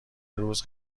روز